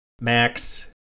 Max